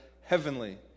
heavenly